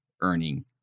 earning